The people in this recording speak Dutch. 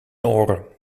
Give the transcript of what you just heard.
oren